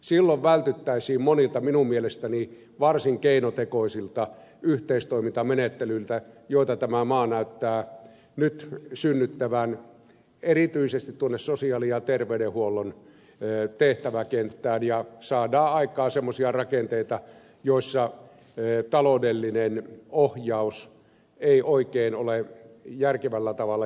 silloin vältyttäisiin monilta minun mielestäni varsin keinotekoisilta yhteistoimintamenettelyiltä joita tämä maa näyttää nyt syn nyttävän erityisesti tuonne sosiaali ja terveydenhuollon tehtäväkenttään ja saadaan aikaan semmoisia rakenteita joissa taloudellinen ohjaus ei oikein ole järkevällä tavalla järjestettävissä